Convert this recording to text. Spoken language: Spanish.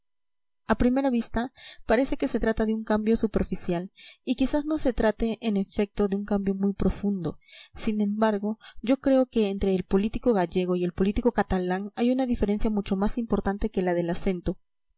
a primera vista parece que se trata de un cambio superficial y quizá no se trate en efecto de un cambio muy profundo sin embargo yo creo que entre el político gallego y el político catalán hay una diferencia mucho más importante que la del acento